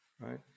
right